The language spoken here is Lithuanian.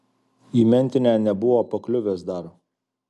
į mentinę nebuvo pakliuvęs dar